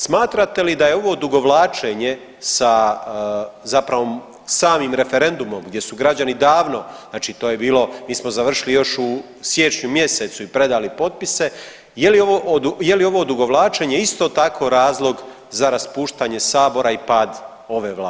Smatrate li da je ovo odugovlačenje sa zapravo samim referendumom gdje su građani davno znači to je bilo, mi smo završili još u siječnju mjesecu i predali potpise je li ovo odugovlačenje isto tako razlog za raspuštanje sabora i pad ove vlade?